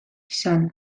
izan